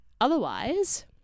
otherwise